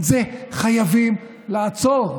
את זה חייבים לעצור.